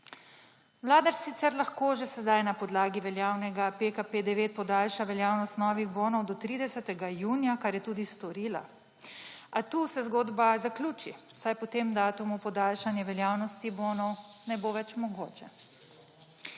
Vlada sicer lahko že sedaj na podlagi veljavnega PKP9 podaljša veljavnost novih bonov do 30. junija, kar je tudi storila. A tu se zgodba zaključi, saj po tem datumu podaljšanje veljavnosti bonov ne bo več mogoče.